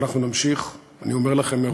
ואנחנו נמשיך,